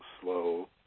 slow